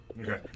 Okay